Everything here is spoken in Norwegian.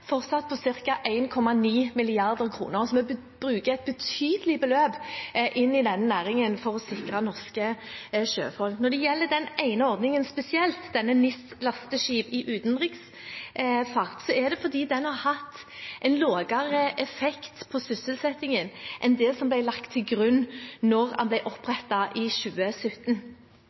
fortsatt på ca. 1,9 mrd. kr. Så vi bruker et betydelig beløp inn i denne næringen for å sikre norske sjøfolk. Når det gjelder den ene ordningen spesielt, for NIS-lasteskip i utenriksfart, er den endret fordi den har hatt en lavere effekt på sysselsettingen enn det som ble lagt til grunn da den ble opprettet i 2017.